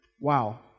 wow